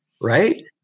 right